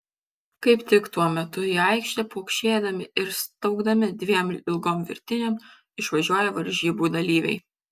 kaip tik tuo metu į aikštę pokšėdami ir staugdami dviem ilgom virtinėm išvažiuoja varžybų dalyviai